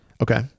Okay